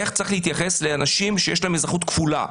איך צריך להתייחס לאנשים שיש להם אזרחות כפולה.